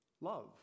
love